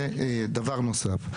זה דבר נוסף.